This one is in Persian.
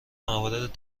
موارد